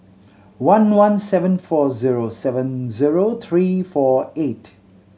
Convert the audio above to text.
one one seven four zero seven zero three four eight